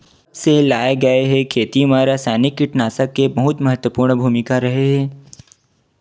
जब से लाए गए हे, खेती मा रासायनिक कीटनाशक के बहुत महत्वपूर्ण भूमिका रहे हे